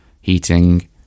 heating